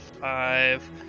five